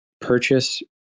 purchase